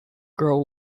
grow